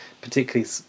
particularly